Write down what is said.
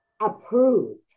approved